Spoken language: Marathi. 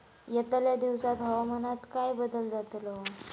यतल्या दिवसात हवामानात काय बदल जातलो?